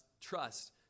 trust